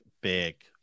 big